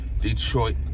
Detroit